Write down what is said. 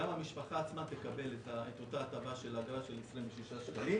גם המשפחה עצמה תקבל את אותה הטבה של אגרה של 26 שקלים.